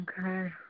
Okay